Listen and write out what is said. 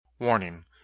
Warning